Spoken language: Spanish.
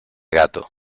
gato